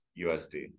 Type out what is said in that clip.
usd